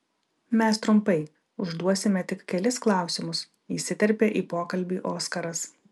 mes trumpai užduosime tik kelis klausimus įsiterpė į pokalbį oskaras